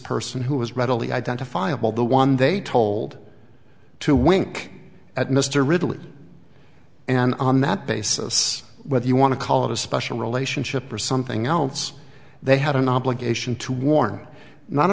person who was readily identifiable the one they told to wink at mr ridley and on that basis whether you want to call it a special relationship or something else they had an obligation to warn not